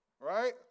right